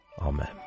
Amen